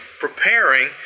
preparing